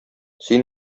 син